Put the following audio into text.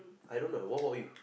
I don't know what about you